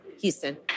Houston